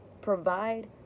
provide